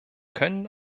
können